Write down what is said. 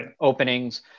openings